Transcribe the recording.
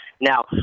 Now